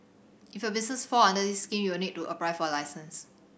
if your business fall under this scheme you'll need to apply for a license